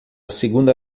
segunda